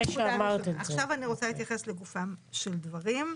עכשיו אני רוצה להתייחס לגופם של דברים.